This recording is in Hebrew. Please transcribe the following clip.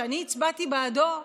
שאני הצבעתי בעדו,